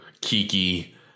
Kiki